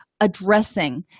addressing